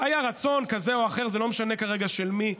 היה רצון כזה או אחר, זה לא משנה כרגע של מי,